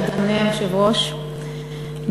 אדוני היושב-ראש,